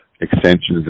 extensions